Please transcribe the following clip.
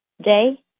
day